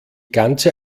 ganze